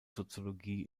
soziologie